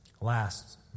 Last